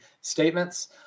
statements